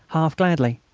half gladly.